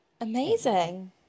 amazing